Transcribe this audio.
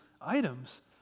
items